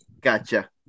Gotcha